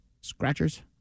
Scratchers